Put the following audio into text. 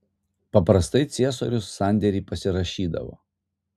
paprastai ciesorius sandėrį pasirašydavo